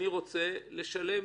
אני רוצה לשלם.